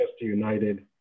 United